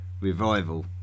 revival